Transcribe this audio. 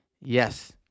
Yes